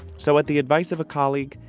so at the advice of a colleague,